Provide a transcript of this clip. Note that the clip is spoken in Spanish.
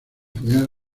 pudieran